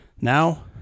Now